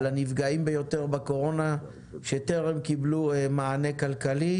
על הנפגעים ביותר בקורונה שטרם קיבלו מענה כלכלי,